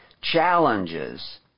challenges